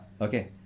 Okay